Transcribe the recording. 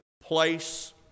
place